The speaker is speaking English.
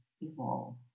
Evolve